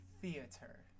theater